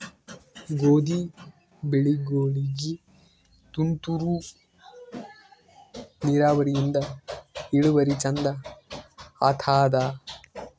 ಗೋಧಿ ಬೆಳಿಗೋಳಿಗಿ ತುಂತೂರು ನಿರಾವರಿಯಿಂದ ಇಳುವರಿ ಚಂದ ಆತ್ತಾದ?